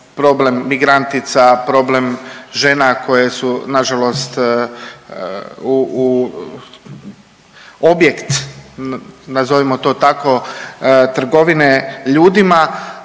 problem migrantica, problem žena koje su nažalost objekt nazovimo to tako trgovine ljudima